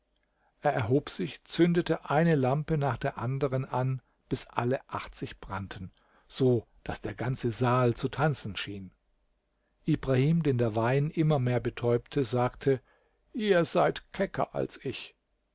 er erhob sich zündete eine lampe nach der anderen an bis alle achtzig brannten so daß der ganze saal zu tanzen schien ibrahim den der wein immer mehr betäubte sagte ihr seid kecker als ich